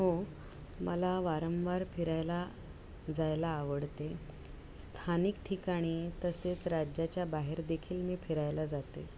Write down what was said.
हो मला वारंवार फिरायला जायला आवडते स्थानिक ठिकाणी तसेच राज्याच्या बाहेर देखील मी फिरायला जाते